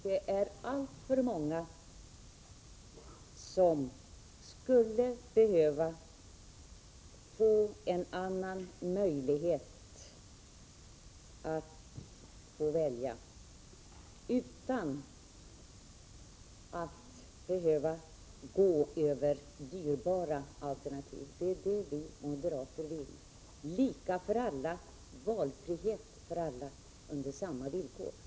Det är i dag alltför många som skulle behöva få en annan möjlighet att välja, utan att tvingas gå över dyrbara alternativ. Vi moderater vill ge människorna den valmöjligheten, som skall gälla lika för alla. Vi säger: Valfrihet för alla under samma villkor.